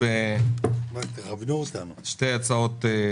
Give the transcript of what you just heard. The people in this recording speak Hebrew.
נתחיל בסעיף ח', מיסוי שותפויות וקרנות